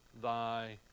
thy